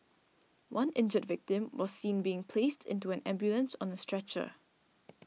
one injured victim was seen being placed into an ambulance on a stretcher